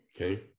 Okay